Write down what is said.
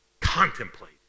Contemplate